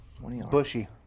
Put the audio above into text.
Bushy